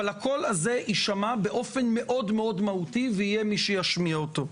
אבל הקול הזה יישמע באופן מאוד-מאוד מהותי ויהיה מי שישמיע אותו.